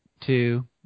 two